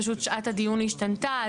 פשוט שעת הדיון השתנתה,